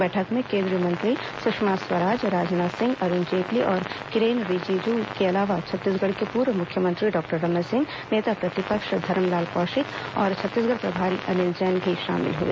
बैठक में केंद्रीय मंत्री सुषमा स्वराज राजनाथ सिंह अरुण जेटली और किरेन रिजिजू के अलावा छत्तीसगढ़ के पूर्व मुख्यमंत्री डॉक्टर रमन सिंह नेता प्रतिपक्ष धरमलाल कौशिक और छत्तीसगढ़ प्रभारी अनिल जैन भी शामिल हुए